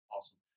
awesome